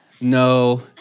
no